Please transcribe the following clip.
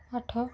ଆଠ